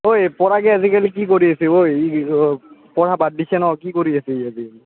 ঐ পৰাগে আজিকালি কি কৰি আছে ঐ পঢ়া বাদ দিছে ন কি কৰি আছে আজি